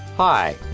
Hi